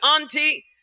auntie